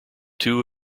two